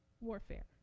warfare